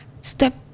step